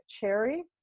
Cherry